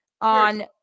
on